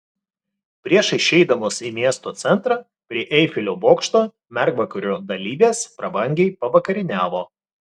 prieš išeidamos į miesto centrą prie eifelio bokšto mergvakario dalyvės prabangiai pavakarieniavo